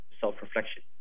self-reflection